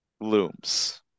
looms